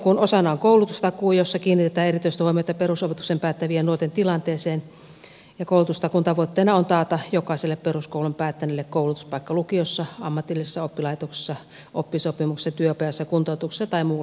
nuorisotakuun osana on koulutustakuu jossa kiinnitetään erityistä huomiota perusopetuksen päättävien nuorten tilanteeseen ja koulutustakuun tavoitteena on taata jokaiselle peruskoulun päättäneelle koulutuspaikka lukiossa ammatillisessa oppilaitoksessa oppisopimuksessa työpajassa kuntoutuksessa tai muulla tavoin